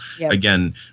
Again